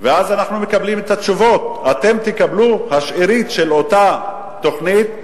קיבלנו את התשובות: אתם תקבלו את השארית של אותה תוכנית,